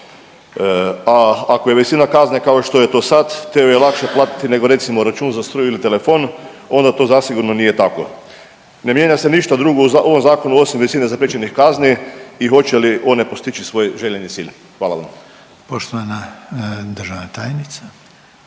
a ako je visina kazna kao što je to sad te ju je lakše platiti nego, recimo, račun za struju ili telefon, onda to zasigurno nije tako. Ne mijenja se ništa drugo u ovom Zakonu osim visine zapriječenih kazni i hoće li one postići svoj željeni cilj? Hvala vam.